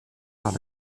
par